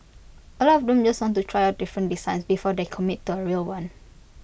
A lot of them just want to try out different designs before they commit to A real one